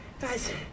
guys